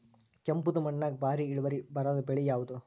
ಕೆಂಪುದ ಮಣ್ಣಾಗ ಭಾರಿ ಇಳುವರಿ ಬರಾದ ಬೆಳಿ ಯಾವುದು?